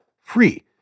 free